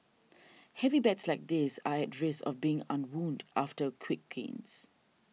heavy bets like this are at risk of being unwound after quick gains